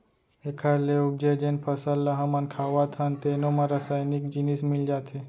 एखर ले उपजे जेन फसल ल हमन खावत हन तेनो म रसइनिक जिनिस मिल जाथे